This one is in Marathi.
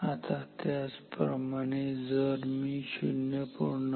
आता त्याच प्रमाणे जर मी 0